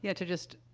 yeah to just,